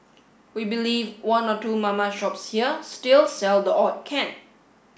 we believe one or two mama shops here still sell the odd can